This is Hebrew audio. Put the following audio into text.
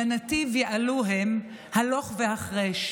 / בנתיב יעלו הם / הלוך והחרש.